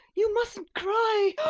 you mustn't cry!